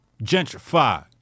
Gentrified